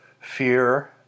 fear